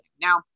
Now